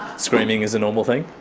screaming is a normal thing?